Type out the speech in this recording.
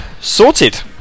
sorted